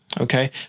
Okay